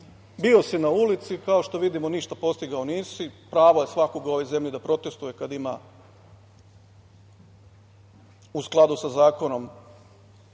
Bio si na ulici, kao što vidimo, ništa postigao nisi. Pravo je svakoga u ovoj zemlji da protestvuje kad ima, u skladu sa zakonom,